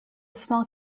small